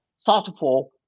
thoughtful